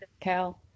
Cal